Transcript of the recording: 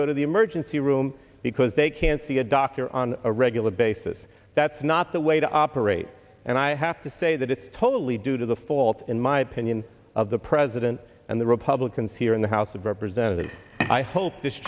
go to the emergency room because they can't see a doctor on a regular basis that's not the way to operate and i have to say that it's totally due to the fault in my opinion of the president and the republicans here in the house of representatives i hope this